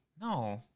No